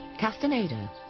Castaneda